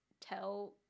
tell